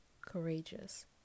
courageous